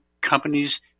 companies